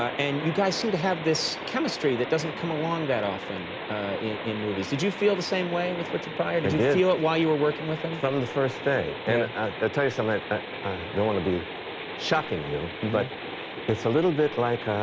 and you guy seem to have this chemistry that doesn't come along that often in movies. did you feel the same way with richard pryor? did you feel it while you were working with him? from the first day. i'll and ah tell you something, i don't wanna be shocking you, but it's a little bit like ah